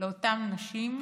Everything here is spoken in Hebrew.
לאותן נשים.